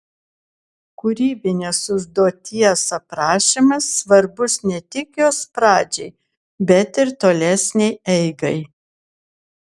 kūrybinės užduoties aprašymas svarbus ne tik jos pradžiai bet ir tolesnei eigai